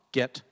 get